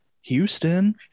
Houston